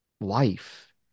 life